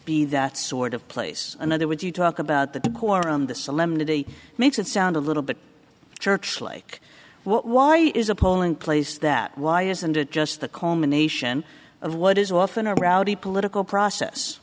be that sort of place another would you talk about the koran the solemnity makes it sound a little bit church like why is a polling place that why isn't it just the culmination of what is often a rowdy political process